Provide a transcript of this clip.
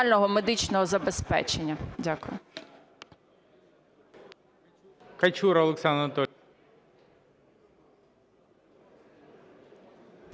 Дякую.